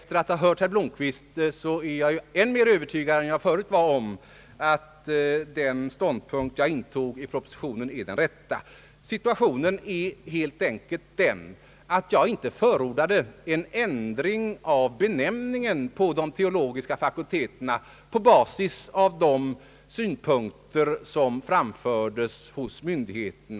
Efter att ha hört hans anförande är jag än mer övertygad än tidigare om att den ståndpunkt jag intog i propositionen är den rätta. Situationen är helt enkelt den att jag inte förordade en ändring av benämningen på de teologiska fakulteterna på basis av de synpunkter som framfördes till myndigheterna.